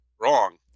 Wrong